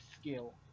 skill